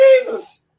Jesus